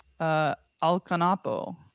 Alcanapo